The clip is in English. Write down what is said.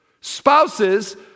Spouses